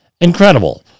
incredible